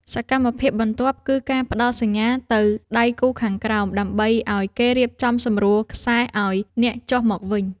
សកម្មភាពបន្ទាប់ គឺការផ្ដល់សញ្ញាទៅដៃគូខាងក្រោម ដើម្បីឱ្យគេរៀបចំសម្រួលខ្សែឱ្យអ្នកចុះមកវិញ។